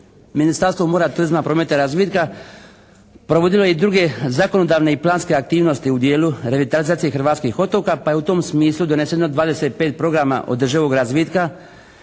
Ministarstvo mora, turizma, prometa i razvitka provodilo je i druge zakonodavne i planske aktivnosti u dijelu revitalizacije hrvatskih otoka pa je u tom smislu doneseno 25 programa održivog razvitka